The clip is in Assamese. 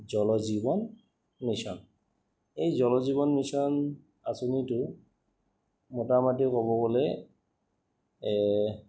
জল জীৱন মিছন এই জল জীৱন মিছন আঁচনিতো মোটামুটি ক'ব গ'লে